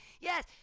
yes